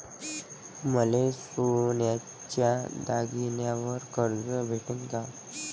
मले सोन्याच्या दागिन्यावर कर्ज भेटन का?